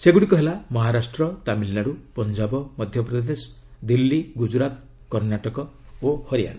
ସେଗୁଡ଼ିକ ହେଲା ମହାରାଷ୍ଟ୍ର ତାମିଲନାଡ଼ୁ ପଞ୍ଜାବ ମଧ୍ୟପ୍ରଦେଶ ଦିଲ୍ଲୀ ଗୁଜରାତ କର୍ଣ୍ଣାଟକ ଓ ହରିଆନା